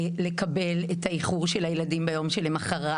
לקבל את האיחור של הילדים ביום שלמוחרת.